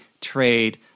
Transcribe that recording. trade